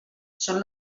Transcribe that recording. són